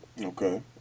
Okay